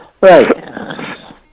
right